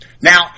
Now